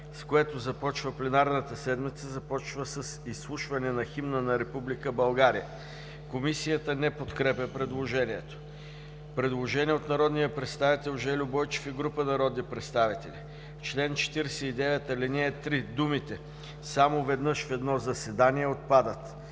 с което започва пленарната седмица, започва с изслушване на Химна на Република България.“ Комисията не подкрепя предложението. Предложение от народния представител Жельо Бойчев и група народни представители: В чл. 49, ал. 3 думите „само веднъж в едно заседание“ отпадат.